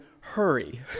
hurry